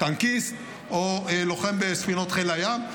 טנקיסט או לוחם בספינות חיל הים.